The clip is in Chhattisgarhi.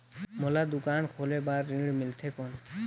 मोला दुकान खोले बार ऋण मिलथे कौन?